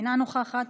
אינה נוכחת,